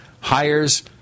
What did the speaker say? hires